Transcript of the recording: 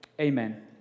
Amen